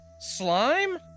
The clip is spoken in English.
slime